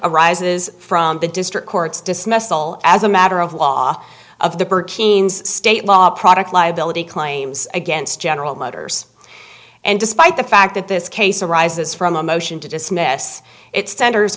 arises from the district courts dismissal as a matter of law of the burkean state law product liability claims against general motors and despite the fact that this case arises from a motion to dismiss its tenders